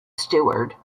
steward